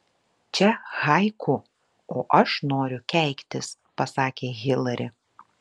čia haiku o aš noriu keiktis pasakė hilari